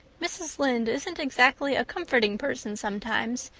mrs. lynde isn't exactly a comforting person sometimes,